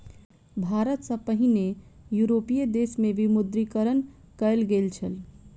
भारत सॅ पहिने यूरोपीय देश में विमुद्रीकरण कयल गेल छल